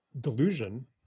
delusion